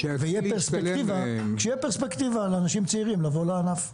כשתהיה פרספקטיבה לאנשים צעירים לבוא לענף.